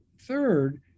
third